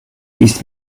ist